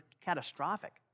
catastrophic